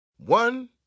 One